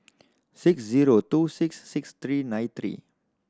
six zero two six six three nine three